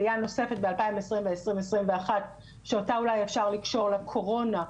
עלייה נוספת ב-2020 וב-2021 שאותה אולי אפשר לקשור לקורונה,